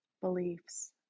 beliefs